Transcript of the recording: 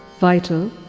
vital